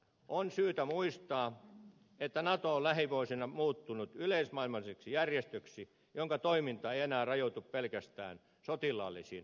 on syytä muistaa että nato on lähivuosina muuttunut yleismaailmalliseksi järjestöksi jonka toiminta ei enää rajoitu pelkästään sotilaallisiin operaatioihin